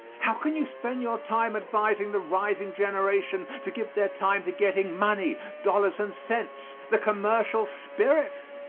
how can you spend your time advising the rising generation to give their time to getting money dollars and cents the commercial spirit?